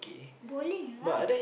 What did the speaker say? bowling lah